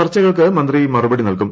ചർച്ചകൾക്ക് മന്ത്രി മറുപടി നൽകും